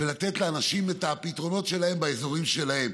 ולתת לאנשים את הפתרונות שלהם באזורים שלהם,